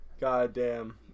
Goddamn